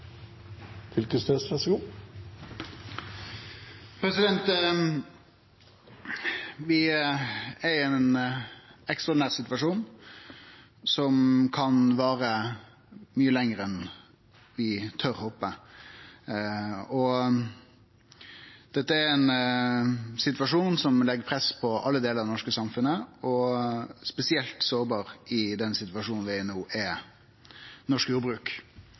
i ein ekstraordinær situasjon som kan vare mykje lenger enn vi håpar. Dette er ein situasjon som legg press på alle delar av det norske samfunnet. Spesielt sårbart i den situasjonen vi er i no, er norsk jordbruk,